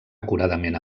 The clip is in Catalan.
acuradament